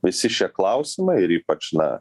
visi šie klausimai ir ypač na